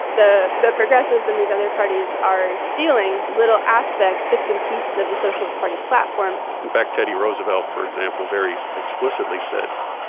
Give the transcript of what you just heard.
the the progressives and these other parties are stealing little aspects, bits and pieces of the socialist party platform in fact, teddy roosevelt, for example, very explicitly said,